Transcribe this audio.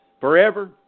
forever